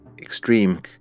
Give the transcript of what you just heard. extreme